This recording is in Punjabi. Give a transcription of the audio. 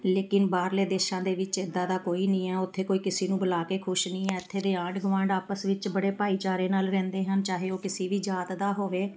ਲੇਕਿਨ ਬਾਹਰਲੇ ਦੇਸ਼ਾਂ ਦੇ ਵਿੱਚ ਇੱਦਾਂ ਦਾ ਕੋਈ ਨਹੀਂ ਹੈ ਉੱਥੇ ਕੋਈ ਕਿਸੇ ਨੂੰ ਬੁਲਾ ਕੇ ਖੁਸ਼ ਨਹੀਂ ਹੈ ਇੱਥੇ ਦੇ ਆਂਢ ਗਵਾਂਢ ਆਪਸ ਵਿੱਚ ਬੜੇ ਭਾਈਚਾਰੇ ਨਾਲ ਰਹਿੰਦੇ ਹਨ ਚਾਹੇ ਉਹ ਕਿਸੇ ਵੀ ਜਾਤ ਦਾ ਹੋਵੇ